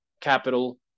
capital